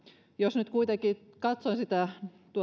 jos nyt kuitenkin katsoo sitä